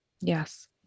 Yes